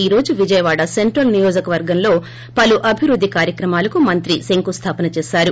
ఈ రోజు విజయవాడ సెంట్రల్ నియోజకవర్గంలో పలు అభివృద్ధి కార్యక్రమాలకు మంత్రే శంకుస్లాపన చేశారు